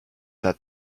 that